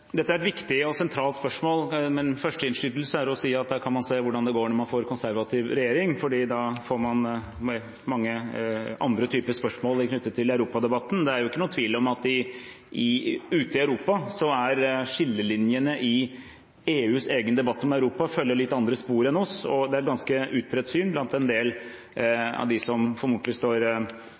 Dette er et viktig og sentralt spørsmål, men min første innskytelse er å si: Der kan man se hvordan det går når man får en konservativ regjering, fordi da får man mange andre typer spørsmål knyttet til europadebatten. Det er ikke noen tvil om at skillelinjene i EUs egen debatt om Europa følger litt andre spor enn hos oss, og det er et ganske utbredt syn – blant en del av dem som formodentlig står